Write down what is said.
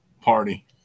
party